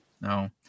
no